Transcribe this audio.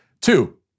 Two